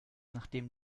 nachdem